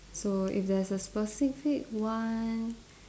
so if there's a specific one